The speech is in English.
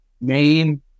name